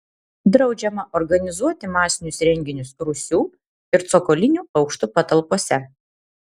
draudžiama organizuoti masinius renginius rūsių ir cokolinių aukštų patalpose